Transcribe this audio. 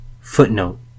Footnote